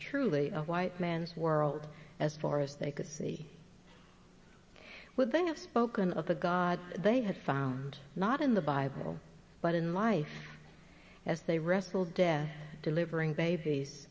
truly a white man's world as far as they could see what they have broken of the god they had found not in the bible but in life as they wrestle death delivering babies